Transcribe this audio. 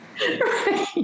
Right